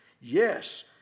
Yes